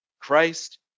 Christ